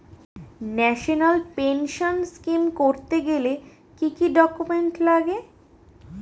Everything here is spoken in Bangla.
ন্যাশনাল পেনশন স্কিম করতে গেলে কি কি ডকুমেন্ট লাগে?